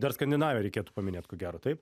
dar skandinaviją reikėtų paminėt ko gero taip